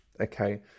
okay